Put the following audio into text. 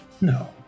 No